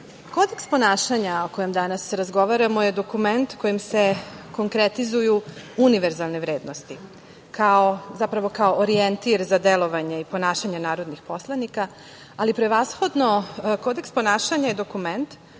kodeks ponašanja o kojem danas razgovaramo je dokument kojim se konkretizuju univerzalne vrednosti, zapravo kao orijentir za delovanje i ponašanje narodnih poslanika, ali prevashodno kodeks ponašanja je dokument